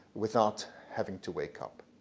without having to wake up.